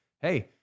hey